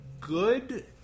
good